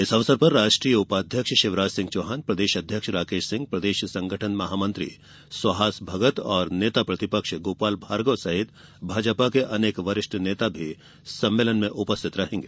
इस अवसर पर राष्ट्रीय उपाध्यक्ष शिवराजसिंह चौहान प्रदेश अध्यक्ष श्र राकेश सिंह प्रदेश संगठन महामंत्री सुहास भगत नेता प्रतिपक्ष गोपाल भार्गव सहित अनेक वरिष्ठ नेता भी सम्मेलन में उपस्थित रहेंगे